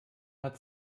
hat